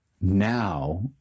now